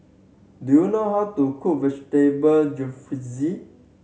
do you know how to cook Vegetable Jalfrezi